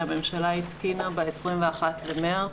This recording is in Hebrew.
שהממשלה התקינה ב-21 במארס,